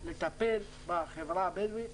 לטפל בחברה הבדואית.